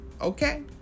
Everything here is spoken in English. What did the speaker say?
okay